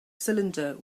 cylinder